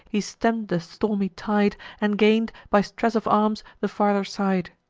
he stemm'd the stormy tide, and gain'd, by stress of arms, the farther side.